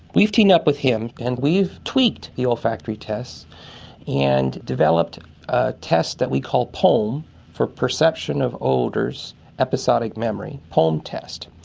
we've teamed up with him and we've tweaked the olfactory test and developed a test that we call poem um for perception of odours episodic memory, poem test.